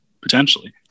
potentially